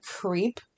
creep